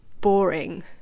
boring